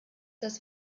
das